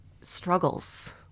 struggles